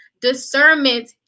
discernment